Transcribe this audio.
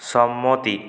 সম্মতি